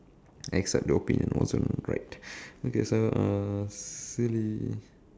except the opinion wasn't right okay so uh silly